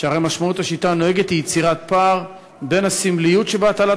שהרי משמעות השיטה הנוהגת היא יצירת פער בין הסמליות שבהטלת